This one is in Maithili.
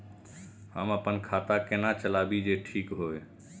हम अपन खाता केना चलाबी जे ठीक होय?